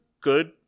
good